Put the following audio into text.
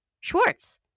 Schwartz